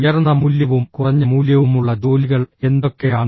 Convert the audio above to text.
ഉയർന്ന മൂല്യവും കുറഞ്ഞ മൂല്യവുമുള്ള ജോലികൾ എന്തൊക്കെയാണ്